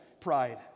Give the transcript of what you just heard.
pride